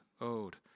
owed